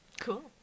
Cool